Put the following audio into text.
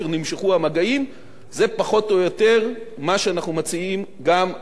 זה פחות או יותר מה שאנחנו מציעים גם לחברות שמרכיבות את ערוץ-2.